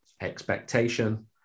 expectation